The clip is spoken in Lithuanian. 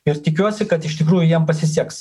ir tikiuosi kad iš tikrųjų jiem pasiseks